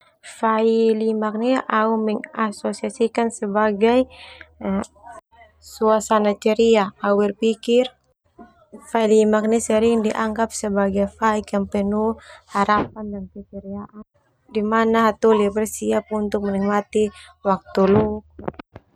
Fai limak au mengasosiasikan sebagai suasana ceria. Au berpikir fai limak ni sering dianggap sebagai faik yang penuh harapan dan keceriaan di mana hataholi bersiap untuk menikmati waktu luang.